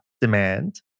demand